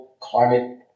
climate